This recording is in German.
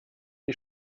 die